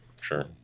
Sure